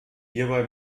hierbei